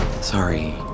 Sorry